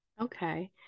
okay